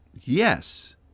yes